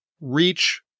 reach